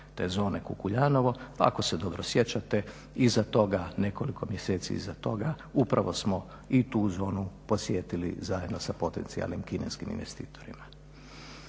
te zone Kukuljanovo pa ako se dobro sjećate iza toga nekoliko mjeseci iza toga upravo smo i tu zonu posjetili zajedno sa potencijalnim kineskim investitorima.